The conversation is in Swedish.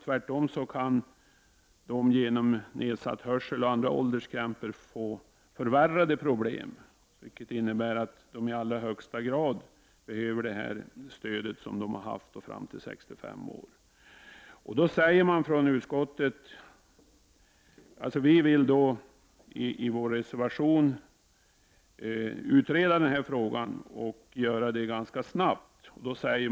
Tvärtom kan de på grund av nedsatt hörsel och andra ålderskrämpor få värre problem, vilket innebär att de i allra högsta grad behöver det stöd som de har haft fram till 65 års ålder. Vi vill i vår reservation att man utreder den här frågan och att det görs ganska snabbt.